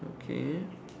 okay